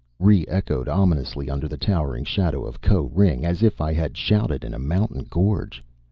re-echoed ominously under the towering shadow of koh-ring as if i had shouted in a mountain gorge.